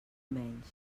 menys